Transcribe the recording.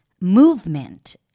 movement